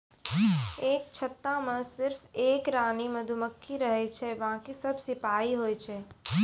एक छत्ता मॅ सिर्फ एक रानी मधुमक्खी रहै छै बाकी सब सिपाही होय छै